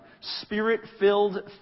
Spirit-filled